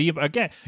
Again